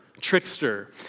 trickster